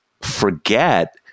forget